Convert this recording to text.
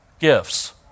gifts